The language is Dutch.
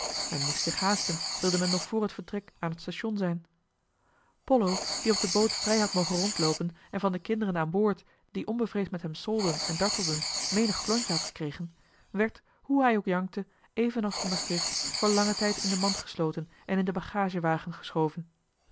men moest zich haasten wilde men nog voor het vertrek aan het station zijn pollo die op de boot vrij had mogen rondloopen en van de kinderen aan boord die onbevreesd met hem solden en dartelden menig klontje had gekregen werd hoe hij ook jankte evenals te maastricht voor langen tijd in de mand gesloten en in den bagagewagen geschoven